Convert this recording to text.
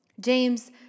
James